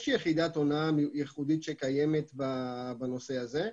יחידת הונאה ייחודית שקיימת בנושא הזה.